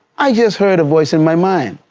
i just heard a voice in my mind.